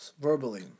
Verbally